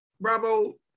Bravo